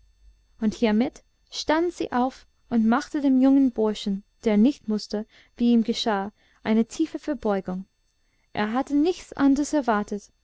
und hiermit stand sie auf und machte dem jungen burschen der nicht mußte wie ihm geschah eine tiefe verbeugung er hatte nichts anders erwartet